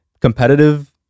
competitive